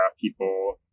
people